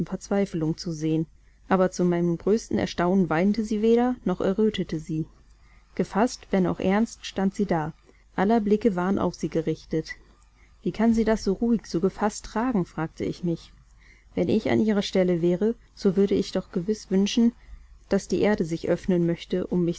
verzweiflung zu sehen aber zu meinem größten erstaunen weinte sie weder noch errötete sie gefaßt wenn auch ernst stand sie da aller blicke waren auf sie gerichtet wie kann sie das so ruhig so gefaßt tragen fragte ich mich wenn ich an ihrer stelle wäre so würde ich doch gewiß wünschen daß die erde sich öffnen möchte um